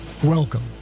Welcome